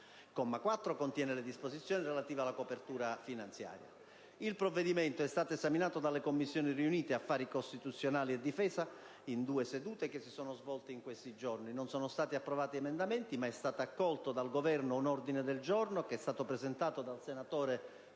Il provvedimento è stato esaminato dalle Commissioni riunite affari costituzionali e difesa in due sedute che si sono svolte in questi giorni. Non sono stati approvati emendamenti, ma è stato accolto dal Governo un ordine del giorno, presentato dal senatore